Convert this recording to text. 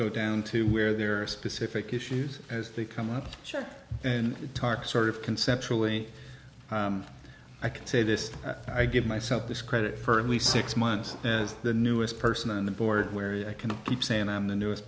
go down to where there are specific issues as they come up and dark sort of conceptually i can say this i give myself this credit for at least six months as the newest person on the board where i can keep saying i'm the newest